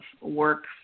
work